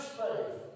faith